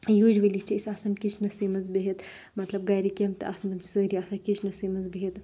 یوٗجؤلی چھِ أسۍ آسان کِچنَسٕے منز بِہِتھ مطلب گرِ یِم تہِ آسَن تِم چھِ سٲری آسان کِچنَسٕے منز بِہِتھ